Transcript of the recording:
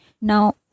Now